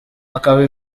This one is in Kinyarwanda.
akaba